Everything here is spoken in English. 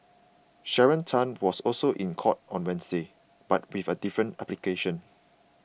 Sharon Tan was also in court on Wednesday but with a different application